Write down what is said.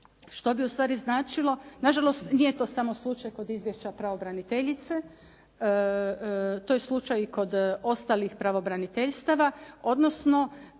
što bi ustvari značilo. Nažalost, nije to samo slučaj kod izvješća pravobraniteljice, to je slučaj i kod ostalih pravobraniteljstava, odnosno